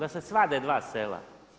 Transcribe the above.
Da se svade dva sela.